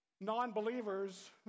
Non-believers